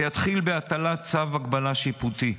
זה יתחיל בהטלת צו הגבלה שיפוטי,